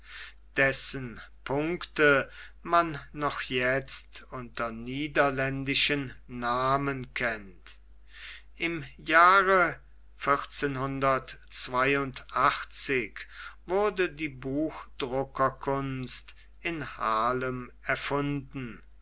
dessen punkte man noch jetzt unter niederländischen namen kennt im jahre wurde die buchdruckerkunst in haarlem erfunden